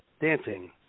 dancing